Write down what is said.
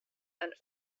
and